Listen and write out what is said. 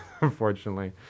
unfortunately